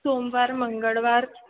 सोमवार मंगळवार